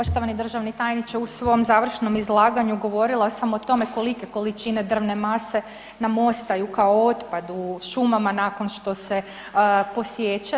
Poštovani državni tajniče, u svom završnom izlaganju govorila sam o tome kolike količine drvne mase nam ostaju kao otpad u šumama nakon što se posiječe.